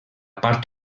part